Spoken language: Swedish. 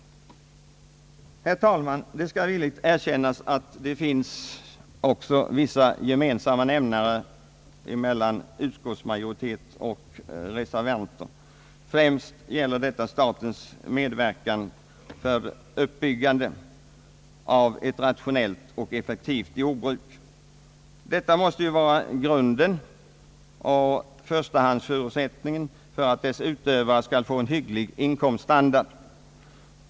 Herr talman! Det skall villigt erkännas att det också finns vissa gemensamma nämnare varom utskottet kunnat enas. Främst gäller detta statens medverkan för uppbyggande av ett rationellt och effektivt jordbruk. Detta måste ju vara grunden och förstahandsförutsättningen för att dess utövare skall få en hygglig inkomststandard.